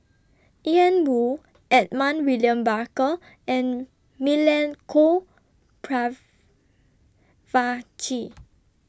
Ian Woo Edmund William Barker and Milenko Prvacki